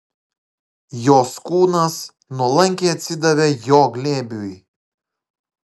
jos kūnas nuolankiai atsidavė jo glėbiui